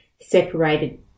separated